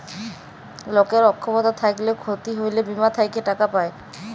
লকের অক্ষমতা থ্যাইকলে ক্ষতি হ্যইলে বীমা থ্যাইকে টাকা পায়